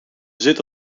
zit